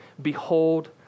Behold